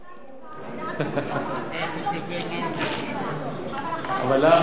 אתה לא יכול להוציא ממני מלה טובה, אבל למה, למה?